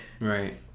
Right